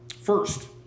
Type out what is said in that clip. first